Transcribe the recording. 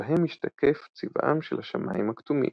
שבהם משתקף צבעם של השמים הכתומים.